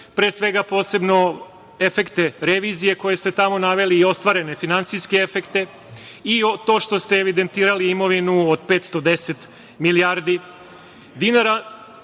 izveštaj, posebno efekte revizije koje ste tamo naveli i ostvarene finansijske efekte, i to što ste evidentirali imovinu od 510 milijardi